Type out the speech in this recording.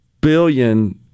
billion